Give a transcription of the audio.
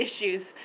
issues